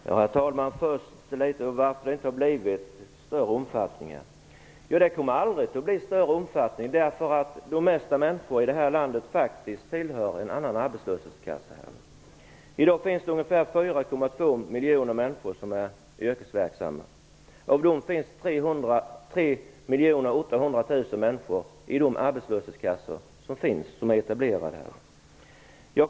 Herr talman! Först några ord om varför omfattningen inte har blivit större. Den kommer aldrig att bli större, eftersom de flesta människor här i landet faktiskt tillhör en annan arbetslöshetskassa. I dag är ungefär 4,2 miljoner människor yrkesverksamma. Av dem tillhör 3,8 miljoner människor de arbetslöshetskassor som är etablerade.